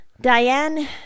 Diane